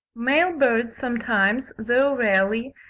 male birds sometimes, though rarely,